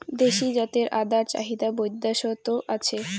দেশী জাতের আদার চাহিদা বৈদ্যাশত আছে